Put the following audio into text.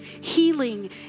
Healing